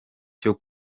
cyo